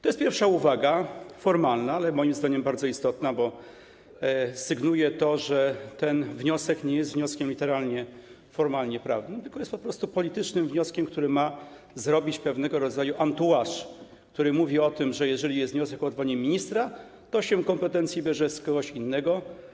To jest pierwsza uwaga formalna, ale moim zdaniem bardzo istotna, bo sygnuje to, że ten wniosek nie jest wnioskiem literalnie formalnoprawnym, tylko jest po prostu politycznym wnioskiem, który ma zrobić pewnego rodzaju entourage, który mówi o tym, że jeżeli jest wniosek o odwołanie ministra, to kompetencje bierze się z kogoś innego.